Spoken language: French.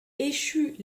échut